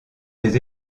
des